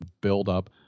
buildup